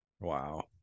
Wow